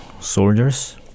soldiers